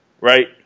right